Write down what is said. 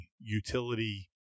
utility